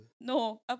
No